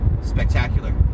spectacular